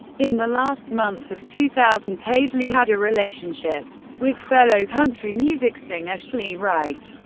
in the last months of two thousand, paisley had a relationship with fellow country music singer chely wright.